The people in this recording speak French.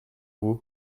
vous